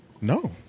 No